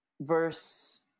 verse